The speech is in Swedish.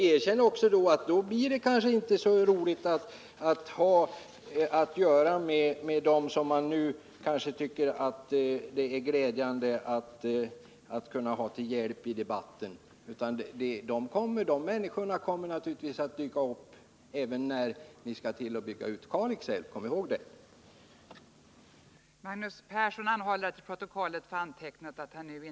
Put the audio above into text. Erkänn också att det då inte blir så roligt att ha Tisdagen den att göra med dem som ni nu kanske tycker det är glädjande att ha till hjälpi 11 december 1979 debatten. De människorna kommer naturligtvis att dyka upp även när ni — skall till att bygga ut Kalixälven. Kom ihåg det! Den fysiska riks ; planeringen